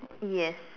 yes